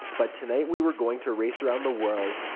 but tonight, we were going to race around the world!